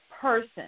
person